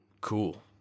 cool